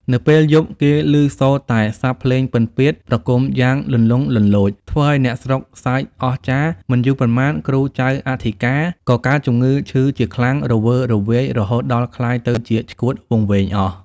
នៅពេល យប់ គេឮសូរតែសព្ទភ្លេងពិណពាទ្យប្រគំយ៉ាងលន្លង់លន្លោច ធ្វើឲ្យអ្នកស្រុកសើចអស្ចារ្យ មិនយូរប៉ុន្មានគ្រូចៅអធិការ ក៏កើតជំងឺឈឺជាខ្លាំងរវើរវាយ រហូតដល់ក្លាយទៅជាឆ្កួតវង្វេងអស់ ។